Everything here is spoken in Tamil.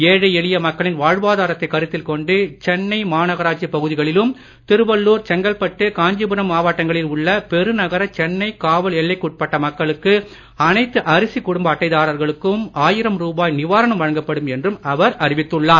ஏழை எளிய மக்களின் வாழ்வாதாரத்தை கருத்தில் கொண்டு சென்னை மாநகராட்சி பகுதிகளிலும் திருவள்ளுர் செங்கல்பட்டு காஞ்சிபுரம் மாவட்டங்களில் உள்ள பெருநகர சென்னை காவல் எல்லைக்குட்பட்ட மக்களுக்கு அனைத்து அரிசி குடும்ப அட்டைதாரர்களுக்கும் ஆயிரம் ரூபாய் நிவாரணம் வழங்கப்படும் என்றும் அவர் அறிவித்துள்ளார்